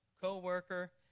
co-worker